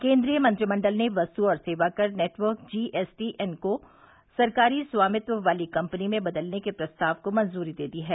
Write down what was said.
केन्द्रीय मंत्रिमंडल ने वस्त और सेवा कर नेटवर्क जीएसटीएन को सरकारी स्वामित्व वाली कंपनी में बदलने के प्रस्ताव को मंजूरी दे दी है